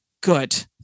good